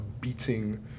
beating